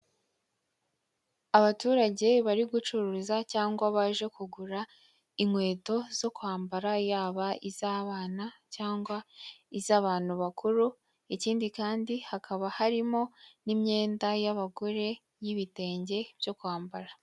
Abaturage bari gucururiza cyangwa baje kugura inkweto zo kwambara yaba iz'abana cyangwa iz'abantu bakuru, ikindi kandi hakaba harimo n'imyenda y'abagore y'ibitenge byo kwambara.